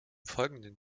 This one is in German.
folgenden